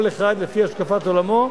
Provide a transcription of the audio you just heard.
כל אחד לפי השקפת עולמו,